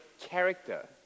character